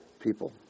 people